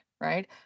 right